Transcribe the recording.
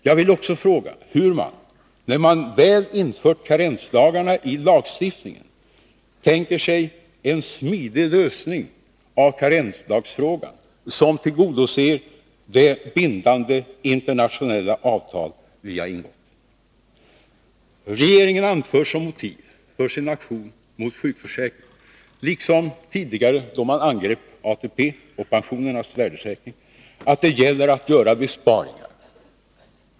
Jag vill också fråga hur man, när man väl infört karensdagar i lagstiftningen, tänker sig en ”smidig” lösning av karensdagsfrågan, som tillgodoser det bindande internationella avtal som vi har ingått? Regeringen anför som motiv för sin aktion mot sjukförsäkringen, liksom tidigare då man angrep ATP och pensionernas värdesäkring, att det gäller att göra besparingar.